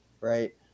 right